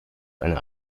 einer